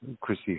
Chrissy